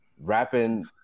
rapping